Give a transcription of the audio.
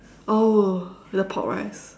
oh the pork rice